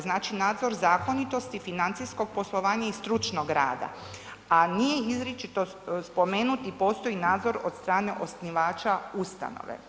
Znači nadzor zakonitosti, financijskog poslovanja i stručnog rada a nije izričito spomenutim, postoji nadzor od strane osnivača ustanove.